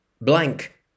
blank